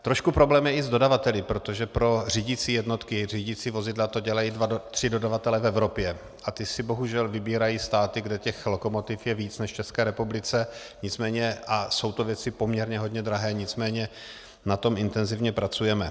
Trošku problém je i s dodavateli, protože pro řídicí jednotky, řídicí vozidla to dělají tři dodavatelé v Evropě a ti si bohužel vybírají státy, kde těch lokomotiv je víc než v České republice, a jsou to věci poměrně hodně drahé, nicméně na tom intenzivně pracujeme.